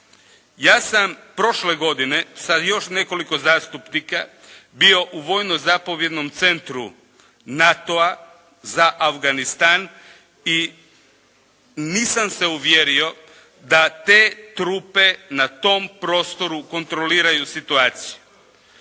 Ja sam prošle godine sa još nekoliko zastupnika bio u vojno-zapovjednom centru NATO-a za Afganistan i nisam se uvjerio da te trupe na tom prostoru kontroliraju situaciju.